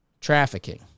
trafficking